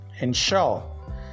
Ensure